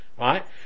Right